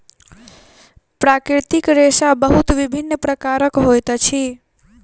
प्राकृतिक रेशा बहुत विभिन्न प्रकारक होइत अछि